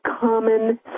common